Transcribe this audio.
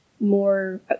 more